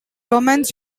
romans